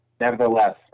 nevertheless